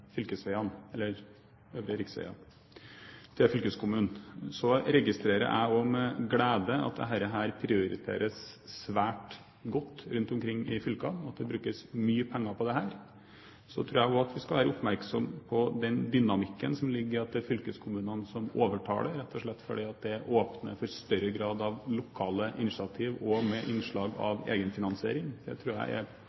til fylkeskommunene. Så registrerer også jeg med glede at dette prioriteres svært godt rundt omkring i fylkene, og at det brukes mye penger på dette. Så tror jeg også vi skal være oppmerksom på den dynamikken som ligger i at det er fylkeskommunene som overtar det, rett og slett fordi det åpner for større grad av lokale initiativ, også med innslag